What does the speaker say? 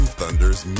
Thunders